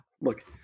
look